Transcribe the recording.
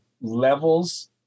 levels